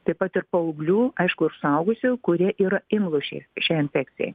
taip pat ir paauglių aiškuir suaugusių kurie yra imlūs šia šiai infekcijai